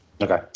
Okay